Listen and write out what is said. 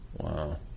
Wow